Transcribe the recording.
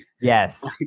Yes